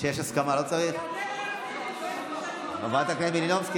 חברת הכנסת מלינובסקי,